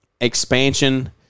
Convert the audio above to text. expansion